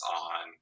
on